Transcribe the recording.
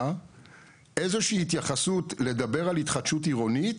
איזה שהיא התייחסות לדבר על התחדשות עירונית,